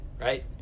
right